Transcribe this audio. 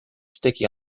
sticky